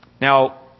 Now